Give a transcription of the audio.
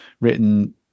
written